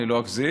אני לא אגזים,